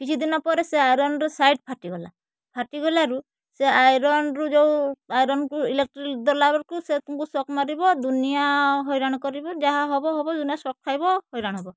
କିଛି ଦିନ ପରେ ସେ ଆଇରନ୍ର ସାଇଟ୍ ଫାଟିଗଲା ଫାଟିଗଲାରୁ ସେ ଆଇରନ୍ରୁ ଯେଉଁ ଆଇରନ୍କୁ ଇଲେକ୍ଟ୍ରି ଦେଲା ବେଳକୁ ସେ ତୁମକୁ ସକ୍ ମାରିବ ଦୁନିଆ ହଇରାଣ କରିବ ଯାହା ହବ ହବ ଦୁନିଆ ସକ୍ ଖାଇବ ହଇରାଣ ହେବ